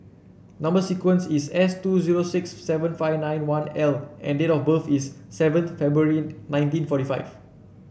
number sequence is S two zero six seven five nine one L and date of birth is seven February nineteen forty five